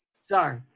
Sorry